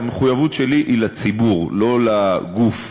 המחויבות שלי היא לציבור, לא לגוף.